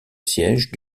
siège